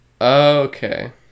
Okay